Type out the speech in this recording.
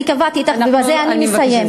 אני קבעתי אתך, ובזה אני מסיימת.